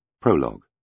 Prologue